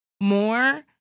more